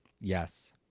Yes